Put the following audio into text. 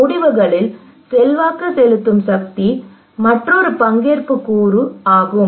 முடிவுகளில் செல்வாக்கு செலுத்தும் சக்தி மற்றொரு பங்கேற்பு கூறு ஆகும்